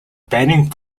banning